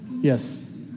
Yes